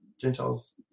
Gentiles